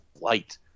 light